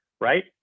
right